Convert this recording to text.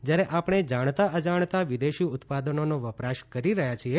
જ્યારે આપણે જાણતાં અજાણતાં વિદેશી ઉત્પાદનોનો વપરાશ કરી રહ્યા છીએ